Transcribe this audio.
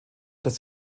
das